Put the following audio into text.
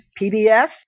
PBS